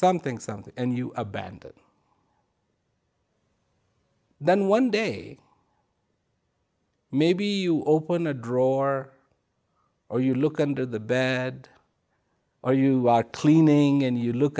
something something and you abandoned then one day maybe you open a drawer or you look at under the bad or you are cleaning and you look